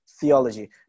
theology